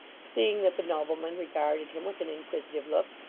seeing that the nobleman regarded him with an inquisitive look.